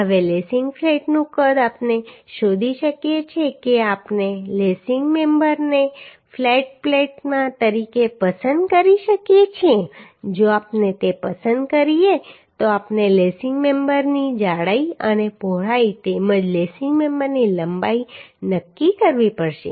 હવે લેસિંગ ફ્લેટનું કદ આપણે શોધી શકીએ છીએ કે આપણે લેસિંગ મેમ્બરને ફ્લેટ પ્લેટ તરીકે પસંદ કરી શકીએ છીએ જો આપણે તે પસંદ કરીએ તો આપણે લેસિંગ મેમ્બરની જાડાઈ અને પહોળાઈ તેમજ લેસિંગ મેમ્બરની લંબાઈ નક્કી કરવી પડશે